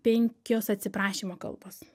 penkios atsiprašymo kalbos